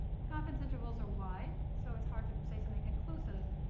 the confidence intervals are wide, so it's hard to say something conclusive.